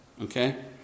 Okay